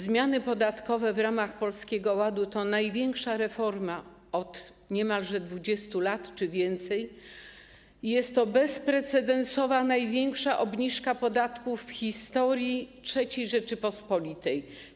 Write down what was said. Zmiany podatkowe w ramach Polskiego Ładu to największa reforma od niemalże 20 czy więcej lat i jest to bezprecedensowa, największa obniżka podatków w historii III Rzeczypospolitej.